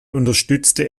unterstützte